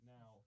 Now